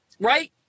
right